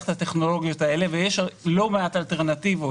את הטכנולוגיות הללו ויש לא מעט אלטרנטיבות